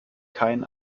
kein